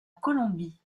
colombie